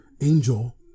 angel